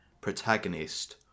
protagonist